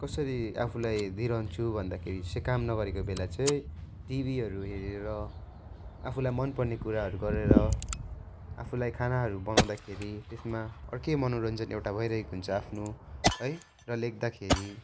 कसरी आफूलाई दिइरहन्छु भन्दाखेरि चाहिँ काम नगरेको बेला चाहिँ टिभीहरू हेरेर आफूलाई मन पर्ने कुराहरू गरेर आफूलाई खानाहरू बनाउँदाखेरि त्यसमा अर्कै मनोरञ्जन एउटा भइरहेको हुन्छ आफ्नो है र लेख्दाखेरि